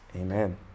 Amen